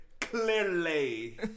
clearly